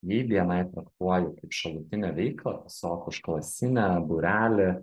jei bni traktuoji kaip šalutinę veiklą tiesiog užklasinę būrelį